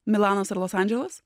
milanas ar los andželas